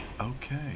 Okay